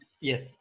Yes